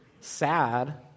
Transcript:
sad